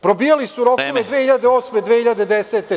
Probijali su rokove 2008, 2010. godine.